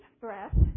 breath